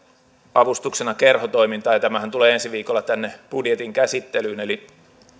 avustuksena kerhotoimintaan ja tämähän tulee ensi viikolla tänne budjetin käsittelyyn eli